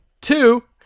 Two